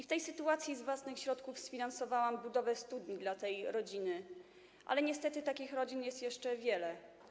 W tej sytuacji z własnych środków sfinansowałam budowę studni dla tej rodziny, ale niestety takich rodzin jest jeszcze wiele.